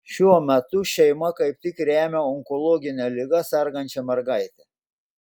šiuo metu šeima kaip tik remia onkologine liga sergančią mergaitę